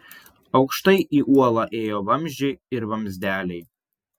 aukštai į uolą ėjo vamzdžiai ir vamzdeliai